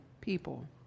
people